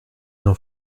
n’en